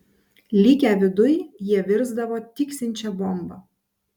likę viduj jie virsdavo tiksinčia bomba